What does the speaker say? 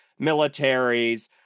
militaries